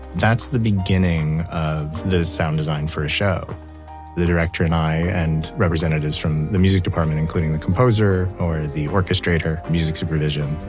that's the beginning of the sound design for a show the director and i and representatives from the music department including the composer or the orchestrator, music supervision,